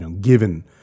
given